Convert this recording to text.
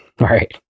Right